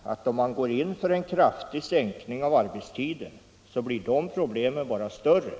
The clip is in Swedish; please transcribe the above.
man går in för en kraftig sänkning av arbetstiden blir de problemen Nr 44 bara större.